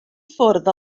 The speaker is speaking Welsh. ffwrdd